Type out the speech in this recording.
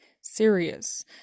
Serious